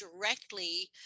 directly